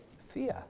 Fear